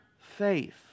faith